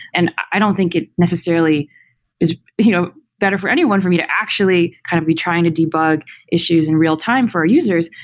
and i don't think it necessarily is you know better for anyone for me to actually kind of be trying to debug issues in real-time for our users,